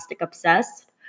obsessed